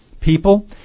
people